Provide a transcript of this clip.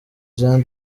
jean